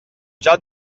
già